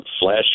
flash